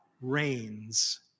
reigns